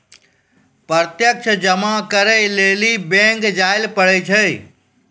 प्रत्यक्ष जमा करै लेली बैंक जायल पड़ै छै